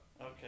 Okay